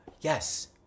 yes